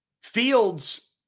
fields